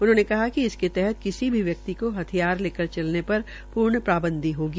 उन्होंने कहा कि इसकेतहत किसी भी व्यक्ति को हिथयार लेकर चलने पर पूर्ण पांबदी होगी